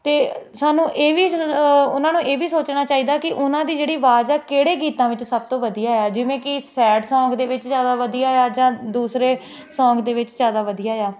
ਅਤੇ ਸਾਨੂੰ ਇਹ ਵੀ ਉਹਨਾਂ ਨੂੰ ਇਹ ਵੀ ਸੋਚਣਾ ਚਾਹੀਦਾ ਹੈ ਕਿ ਉਹਨਾਂ ਦੀ ਜਿਹੜੀ ਆਵਾਜ਼ ਆ ਕਿਹੜੇ ਗੀਤਾਂ ਵਿੱਚ ਸਭ ਤੋਂ ਵਧੀਆ ਆ ਜਿਵੇਂ ਕਿ ਸੈਡ ਸੌਂਗ ਦੇ ਵਿੱਚ ਜ਼ਿਆਦਾ ਵਧੀਆ ਆ ਜਾਂ ਦੂਸਰੇ ਸੌਂਗ ਦੇ ਵਿੱਚ ਜ਼ਿਆਦਾ ਵਧੀਆ ਆ